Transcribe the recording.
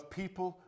people